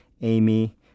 Amy